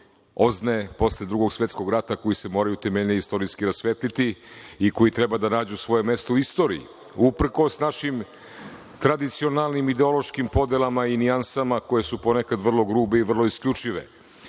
OZNE posle Drugog svetskog rata koji se moraju temeljnije istorijski rasvetliti i koji treba da nađu svoje mesto u istoriji uprkos našim tradicionalnim ideološki podelama i nijansama koje su ponekad vrlo grube i vrlo isključive. Što